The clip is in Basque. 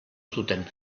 zuten